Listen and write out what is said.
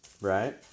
Right